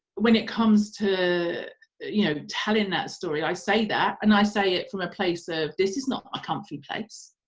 when it comes to you know telling that story, i say that and i say it from a place of, this is not a comfy place,